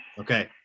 Okay